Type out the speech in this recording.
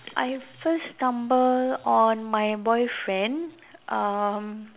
I first stumble on my boyfriend um